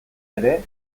ere